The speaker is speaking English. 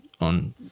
on